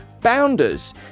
bounders